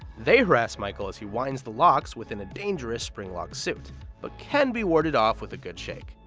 they harass michael as he winds the locks within a dangerous springlock suit but can be warded off with a good shake.